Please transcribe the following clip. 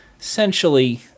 essentially